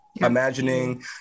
imagining